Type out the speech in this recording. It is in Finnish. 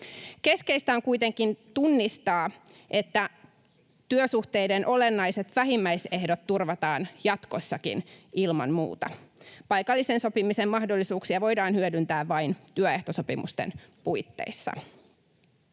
Keskeistä on kuitenkin tunnistaa, että työsuhteiden olennaiset vähimmäisehdot turvataan jatkossakin ilman muuta. Paikallisen sopimisen mahdollisuuksia voidaan hyödyntää vain työehtosopimusten puitteissa.